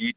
গীত